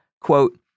quote